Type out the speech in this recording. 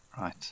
Right